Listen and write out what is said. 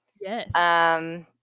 Yes